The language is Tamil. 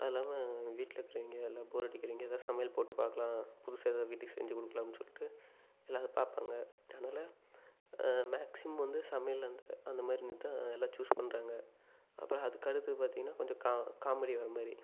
அதுவும் இல்லாமல் வீட்டில் இருக்கிறவைங்க எல்லாம் போரடிக்கிறவங்க எதா சமையல் போட்டு பார்க்கலாம் புதுசாக எதாவது வீட்டுக்கு செஞ்சு கொடுக்கலான்னு சொல்லிவிட்டு எல்லாம் அதை பார்ப்பாங்க அதனால மேக்ஸிமம் வந்து சமையல் வந்து அந்த மாதிரிதான் எல்லாம் சூஸ் பண்றாங்க அப்புறம் அதுக்கு அடுத்து பார்த்திங்கன்னா கொஞ்சம் கா காமெடி வர மாதிரி